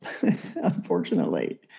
unfortunately